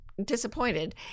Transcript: disappointed